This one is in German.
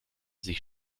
sich